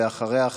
ואחריה,